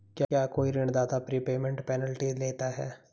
क्या कोई ऋणदाता प्रीपेमेंट पेनल्टी लेता है?